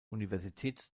universität